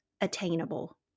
attainable